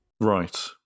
Right